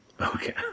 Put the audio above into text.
Okay